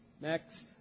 Next